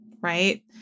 right